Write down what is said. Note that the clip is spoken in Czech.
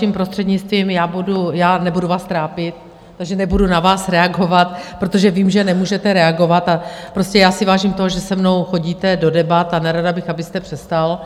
Vaším prostřednictvím, já nebudu vás trápit, takže nebudu na vás reagovat, protože vím, že nemůžete reagovat, a prostě já si vážím toho, že se mnou chodíte do debat, a nerada bych, abyste přestal.